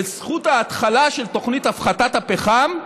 בזכות ההתחלה של תוכנית הפחתת הפחם,